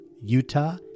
Utah